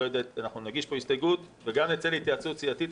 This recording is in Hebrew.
אנחנו נגיש פה הסתייגות וגם נצא להתייעצות סיעתית,